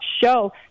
show